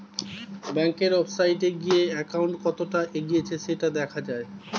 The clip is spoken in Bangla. ব্যাংকের ওয়েবসাইটে গিয়ে অ্যাকাউন্ট কতটা এগিয়েছে সেটা দেখা যায়